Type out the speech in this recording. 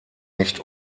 nicht